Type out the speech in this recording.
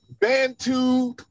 Bantu